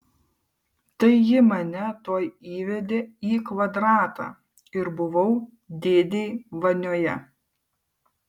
tai ji mane tuoj įvedė į kvadratą ir buvau dėdėj vanioje